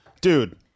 dude